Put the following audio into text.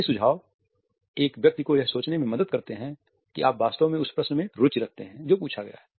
ये सुझाव एक व्यक्ति को यह सोचने में मदद करते हैं कि आप वास्तव में उस प्रश्न में रुचि रखते हैं जो पूछा गया है